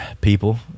people